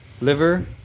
liver